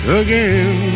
again